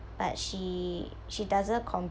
but she she doesn't complain